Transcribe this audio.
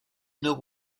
nord